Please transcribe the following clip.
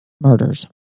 murders